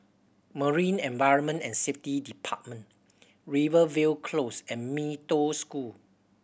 Marine Environment and Safety Department Rivervale Close and Mee Toh School